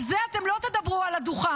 על זה אתם לא תדברו על הדוכן,